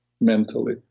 mentally